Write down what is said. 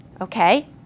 Okay